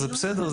זה בסדר.